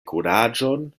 kuraĝon